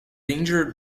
injured